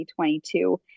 2022